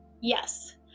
Yes